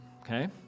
okay